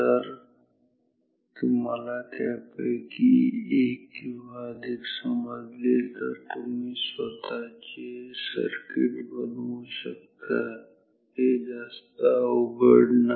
जर तुम्हाला त्यापैकी एक किंवा अधिक समजले तर तुम्ही स्वतःचे सर्किट बनवू शकता ते जास्त अवघड नाही